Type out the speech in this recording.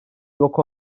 yok